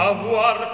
Avoir